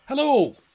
Hello